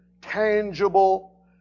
tangible